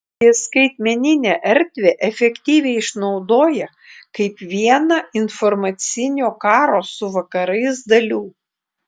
ji skaitmeninę erdvę efektyviai išnaudoja kaip vieną informacinio karo su vakarais dalių